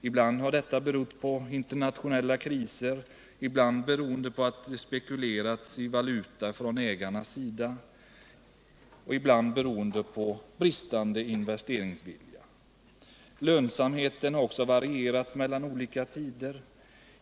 Ibland har detta varit beroende på internationella kriser, ibland på att det spekulerats i valuta från ägarnas sida och ibland på bristande investeringsvilja. Lönsamheten har också varierat mellan olika tider.